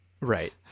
Right